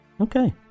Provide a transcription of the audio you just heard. Okay